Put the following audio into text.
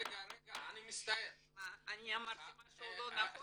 הם עונים על השאלה.